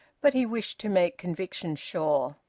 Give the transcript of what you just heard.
but he wished to make conviction sure.